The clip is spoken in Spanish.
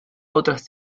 otras